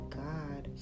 god